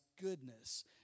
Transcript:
goodness